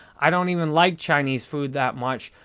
i don't even like chinese food that much.